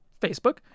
Facebook